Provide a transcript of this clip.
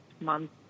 month